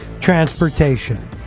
Transportation